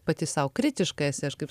pati sau kritiška esi aš kaip